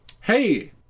hey